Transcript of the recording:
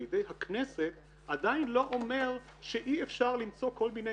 ידי הכנסת עדיין לא אומרת שאי אפשר למצוא כל מיני